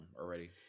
already